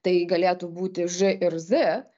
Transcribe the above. tai galėtų būti ž ir z